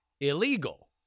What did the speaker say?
illegal